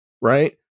Right